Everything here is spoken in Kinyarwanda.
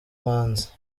mazi